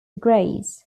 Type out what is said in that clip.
graze